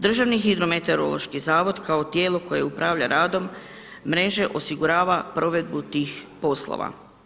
Državni hidrometeorološki zavod kao tijelo koje upravlja radom mreže osigurava provedbu tih poslova.